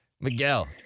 Miguel